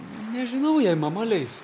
nežinau jei mama leis